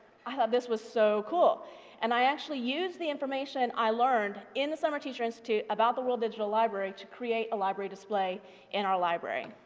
i thought this was so cool and i actually used the information i learned in the summer teacher institute about the world digital library to create a library display in our library.